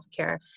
healthcare